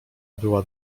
była